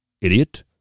idiot